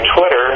Twitter